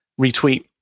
retweet